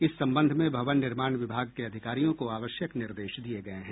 इस संबंध में भवन निर्माण विभाग के अधिकारियों को आवश्यक निर्देश दिये गये हैं